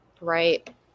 Right